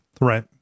Right